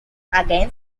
against